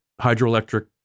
hydroelectric